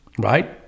Right